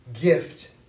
gift